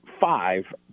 five